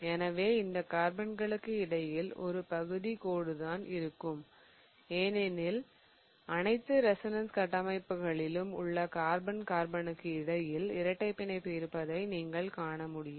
எனவே இந்த கார்பன்களுக்கு இடையில் ஒரு பகுதி கோடுதான் இருக்கும் ஏனென்றால் அனைத்து ரெசோனன்ஸ் கட்டமைப்புகளிலும் உள்ள கார்பன் கார்பனுக்கு இடையில் இரட்டை பிணைப்பு இருப்பதை நீங்கள் காண முடியும்